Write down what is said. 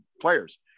players